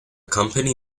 company